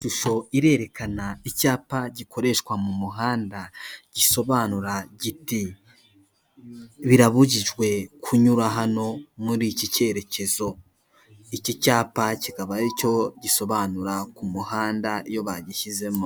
Ishusho irerekana icyapa gikoreshwa mu muhanda, gisobanura giti "Birabujijwe kunyura hano muri iki cyerekezo". Iki cyapa kikaba ari cyo gisobanura ku muhanda iyo bagishyizemo.